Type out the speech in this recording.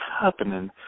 happening